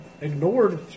ignored